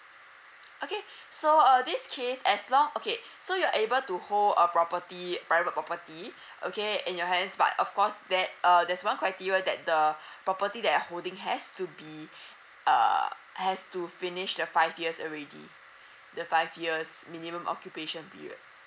okay so uh this case as long okay so you're able to hold a property private property okay in your hands but of course that uh there's one criteria that the property that you're holding has to be err has to finish the five years already the five years minimum occupation period